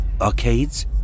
arcades